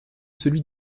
celui